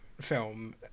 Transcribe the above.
film